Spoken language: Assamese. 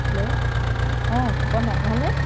হেল্ল' অঁ ফুকন দা ভালনে